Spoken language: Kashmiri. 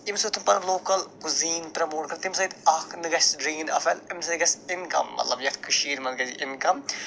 ییٚمہِ سۭتۍ تِم پنُن لوکل کُزیٖن پرٛموٹ کرن تَمہِ سۭتۍ اکھ نَہ گَژھِ اَمہِ سۭتۍ گَژھِ اِنکم مطلب یَتھ کٔشیٖرِ منٛز گَژھِ اِنکَم